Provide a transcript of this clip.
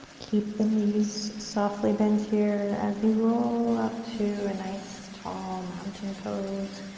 keep the knees softly bent here as you roll up to a nice tall mountain pose,